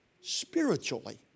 spiritually